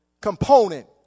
component